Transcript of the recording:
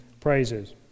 praises